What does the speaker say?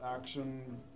action